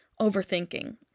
overthinking